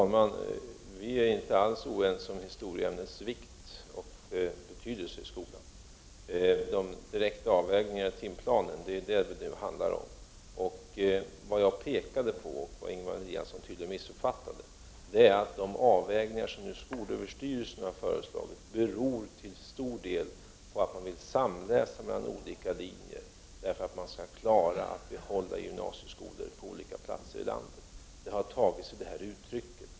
Herr talman! Vi är inte alls oense om historieämnets vikt och betydelse i skolan. Det är direkta avvägningar i timplanen som det handlar om. Vad jag pekade på och som Ingemar Eliasson tydligen missuppfattade är att de avvägningar som skolöverstyrelsen har föreslagit till stor del beror på att man vill samläsa mellan olika linjer därför att man skall kunna klara att behålla gymnasieskolor på olika platser i landet. Det har tagit sig detta uttryck.